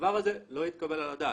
והדבר הזה לא מתקבל על הדעת.